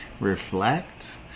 reflect